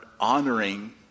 honoring